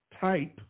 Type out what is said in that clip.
type